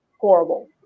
horrible